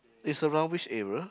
is a roundish area